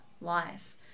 life